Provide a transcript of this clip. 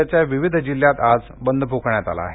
राज्याच्या विविध जिल्ह्यात आज बंद पुकारण्यात आला आहे